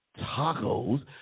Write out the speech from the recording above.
tacos